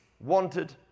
wanted